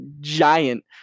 giant